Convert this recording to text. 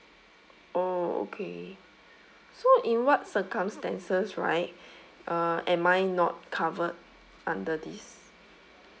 oh okay so in what circumstances right uh am I not covered under this